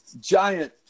giant